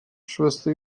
schwester